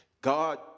God